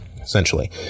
essentially